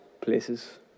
places